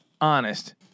honest